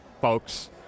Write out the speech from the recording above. folks—